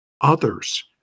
others